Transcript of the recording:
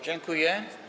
Dziękuję.